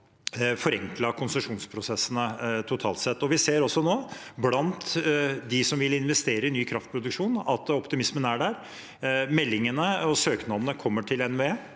Vi ser nå blant dem som vil investere i ny kraftproduksjon, at optimismen er der. Meldingene og søknadene kommer til NVE.